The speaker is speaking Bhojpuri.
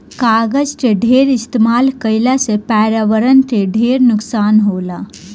कागज के ढेर इस्तमाल कईला से पर्यावरण के ढेर नुकसान होला